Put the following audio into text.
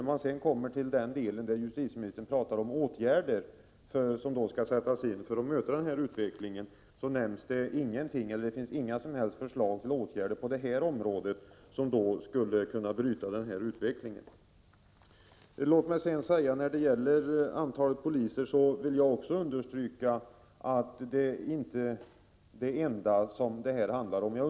— När man sedan kommer till den del där justitieministern tar upp åtgärder för att möta utvecklingen kan man konstatera att det inte finns några som helst förslag till åtgärder på just detta område som skulle kunna bryta utvecklingen. Låt mig sedan när det gäller antalet poliser understryka att det inte endast handlar om det.